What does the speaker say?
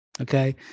Okay